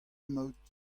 emaout